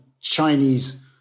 Chinese